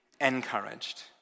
encouraged